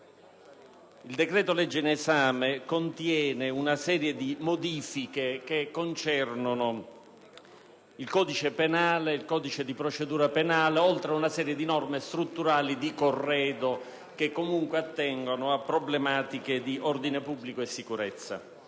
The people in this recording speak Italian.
il decreto-legge in esame contiene una serie di modifiche che concernono il codice penale e il codice di procedura penale, oltre ad una serie di norme strutturali di corredo che comunque attengono a problematiche di ordine pubblico e sicurezza.